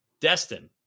Destin